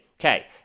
Okay